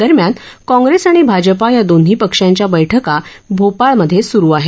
दरम्यान काँग्रेस आणि आजपा या दोन्ही पक्षांच्या बैठका भोपाळमधे स्रु आहेत